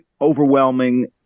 overwhelming